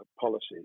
policies